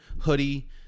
hoodie